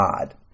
God